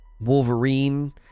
Wolverine